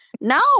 No